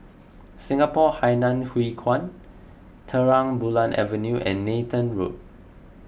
Singapore Hainan Hwee Kuan Terang Bulan Avenue and Nathan Road